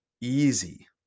easy